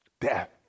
death